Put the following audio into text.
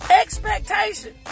Expectation